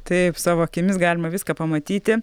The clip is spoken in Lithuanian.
taip savo akimis galima viską pamatyti